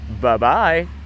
Bye-bye